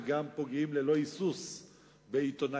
וגם פוגעים ללא היסוס בעיתונאיות,